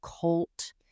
cult